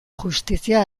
justizia